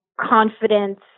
confidence